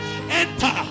Enter